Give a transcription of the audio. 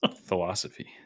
Philosophy